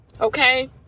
okay